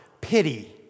pity